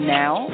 now